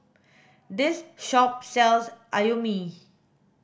this shop sells Imoni